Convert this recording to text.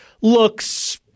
looks –